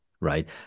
right